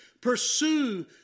pursue